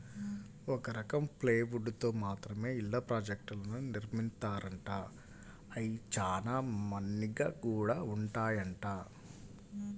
ఒక రకం ప్లైవుడ్ తో మాత్రమే ఇళ్ళ ప్రాజెక్టులను నిర్మిత్తారంట, అయ్యి చానా మన్నిగ్గా గూడా ఉంటాయంట